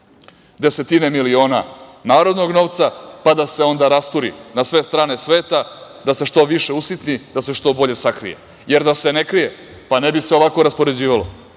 desetine miliona narodnog novca, pa da se onda rasturi na sve strane sveta, da se što više usitni, da se što bolje sakrije. Jer, da se ne krije, ne bi se ovako raspoređivalo,